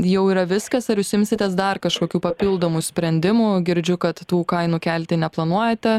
jau yra viskas ar jūs imsitės dar kažkokių papildomų sprendimų girdžiu kad tų kainų kelti neplanuojate